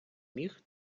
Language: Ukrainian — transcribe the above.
міх